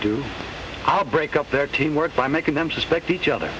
do i'll break up their teamwork by making them suspect each other